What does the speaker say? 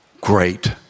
great